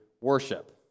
worship